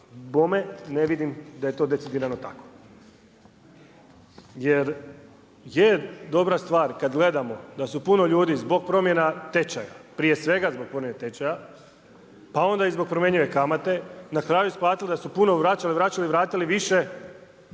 bome ne vidim da je to decidirano tako. Jer je dobra stvar, kad gledamo, da su puno ljudi zbog promjene tečaja, prije svega zbog promjene tečaja, pa onda i zbog promjenjive kamate na kraju isplatili da su puno vraćali, vraćali i vratili više,